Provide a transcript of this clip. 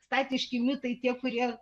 statiški mitai tie kurie